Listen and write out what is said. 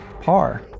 par